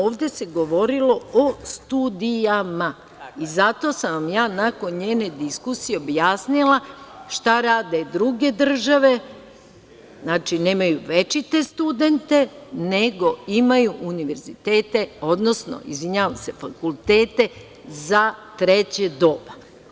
Ovde se govorilo o studijama i zato sam ja nakon njene diskusije objasnila šta rade druge države, znači, nemaju večite studente, nego imaju univerzitete, odnosno izvinjavam se, fakultete za treće doba.